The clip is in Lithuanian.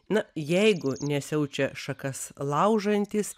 na jeigu nesiaučia šakas laužantys